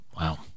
Wow